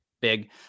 big